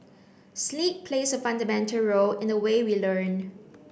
sleep plays a fundamental role in the way we learn